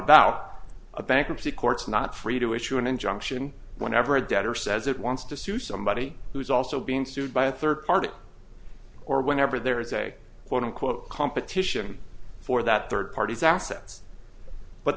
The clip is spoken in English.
about a bankruptcy courts not free to issue an injunction whenever a debtor says it wants to sue somebody who is also being sued by a third party or whenever there is a quote unquote competition for that third party's assets but